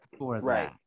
right